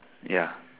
ya